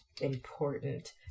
important